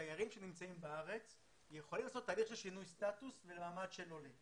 תיירים שנמצאים בארץ יכולים לעשות תהליך של שינוי סטטוס למעמד של עולים.